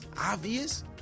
obvious